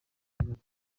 kibazo